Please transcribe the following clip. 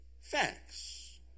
facts